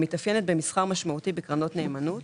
המתאפיינת במסחר משמעותי בקרנות נאמנות,